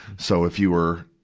so if you were,